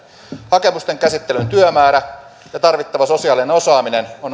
hakemusten käsittelyn työmäärä ja tarvittava sosiaalinen osaaminen